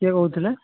କିଏ କହୁଥିଲେ